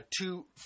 Two